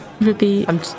Ruby